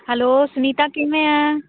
hello Sunita ਕਿਵੇਂ ਆ